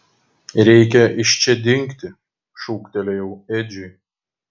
reikia iš čia dingti šūktelėjau edžiui